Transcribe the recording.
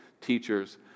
teachers